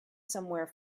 somewhere